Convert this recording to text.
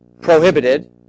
prohibited